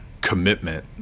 commitment